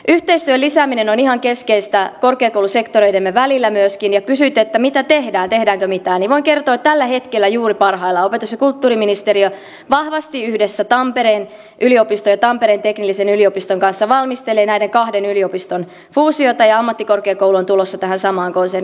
yhteistyön lisääminen on ihan keskeistä korkeakoulusektoreidemme välillä myöskin ja kysyitte mitä tehdään tehdäänkö mitään niin voin kertoa että tällä hetkellä juuri parhaillaan opetus ja kulttuuriministeriö vahvasti yhdessä tampereen yliopiston ja tampereen teknillisen yliopiston kanssa valmistelee näiden kahden yliopiston fuusiota ja ammattikorkeakoulu on tulossa tähän samaan konserniin